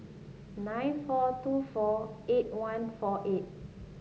nine four two four eight one four eight